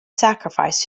sacrifice